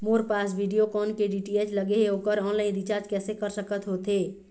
मोर पास वीडियोकॉन के डी.टी.एच लगे हे, ओकर ऑनलाइन रिचार्ज कैसे कर सकत होथे?